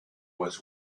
was